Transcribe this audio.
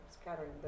scattering